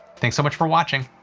thanks so much for watching,